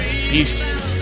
Peace